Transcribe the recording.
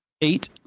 eight